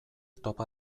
topa